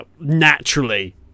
Naturally